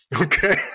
okay